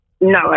No